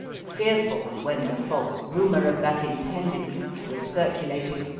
fearful, when the false rumour of that intended loot was circulated,